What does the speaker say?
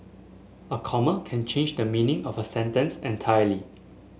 a comma can change the meaning of a sentence entirely